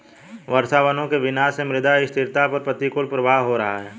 वर्षावनों के विनाश से मृदा स्थिरता पर प्रतिकूल प्रभाव हो रहा है